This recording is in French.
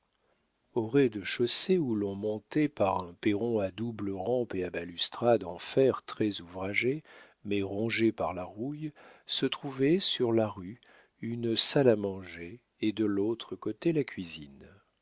au rez-de-chaussée où l'on montait par un perron à double rampe et à balustrades en fer très ouvragé mais rongé par la rouille se trouvait sur la rue une salle à manger et de l'autre côté la cuisine